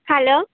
hello